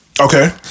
Okay